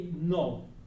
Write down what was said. no